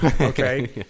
Okay